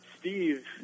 Steve